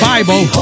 Bible